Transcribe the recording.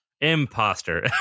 Imposter